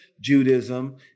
Judaism